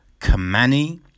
Kamani